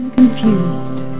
Confused